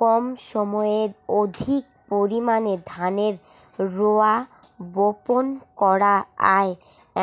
কম সময়ে অধিক পরিমাণে ধানের রোয়া বপন করা য়ায়